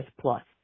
plus